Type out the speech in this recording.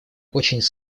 очень